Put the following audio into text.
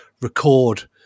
record